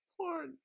Poor